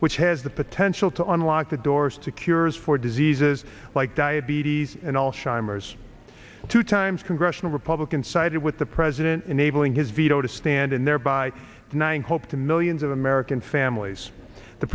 which has the potential to unlock the doors to cures for diseases like diabetes and all shimmers two times congressional republican sided with the president enabling his veto to stand and thereby denying hope to millions of american families the